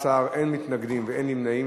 אין מתנגדים ואין נמנעים.